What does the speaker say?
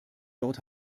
dort